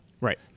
Right